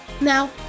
Now